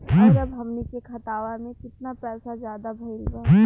और अब हमनी के खतावा में कितना पैसा ज्यादा भईल बा?